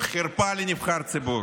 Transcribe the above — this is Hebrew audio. חרפה של נבחר ציבור.